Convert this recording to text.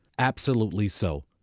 absolutely so,